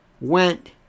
went